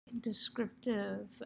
descriptive